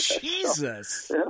Jesus